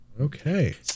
Okay